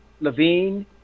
Levine